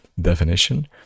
definition